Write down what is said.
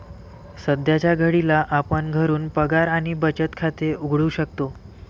सध्याच्या घडीला आपण घरून पगार आणि बचत खाते उघडू शकतो